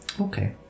okay